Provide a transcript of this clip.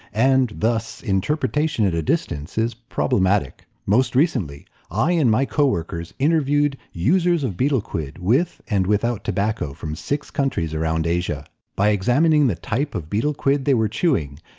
and thus interpretation at a distance is problematic. most recently i and my co-workers interviewed users of betel quid with and without tobacco from six countries around asia. by examining the type of betel quid they were chewing,